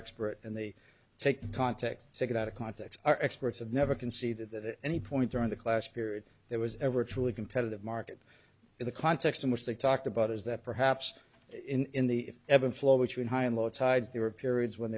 expert and they take context say get out of context our experts have never conceded that any point during the class period there was ever truly competitive market in the context in which they talked about is that perhaps in the evan flow between high and low tides there were periods when